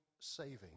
saving